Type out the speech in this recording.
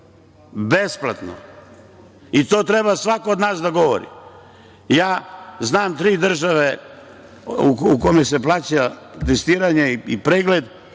besplatno. To treba svako od nas da govori. Znam tri države u kojima se plaća testiranje i pregled